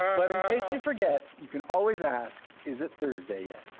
um but in case you forget, you can always ask, is it thursday yet?